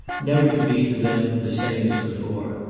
never to be to them the same as before.